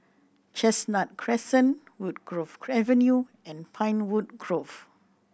Chestnut Crescent Woodgrove Avenue and Pinewood Grove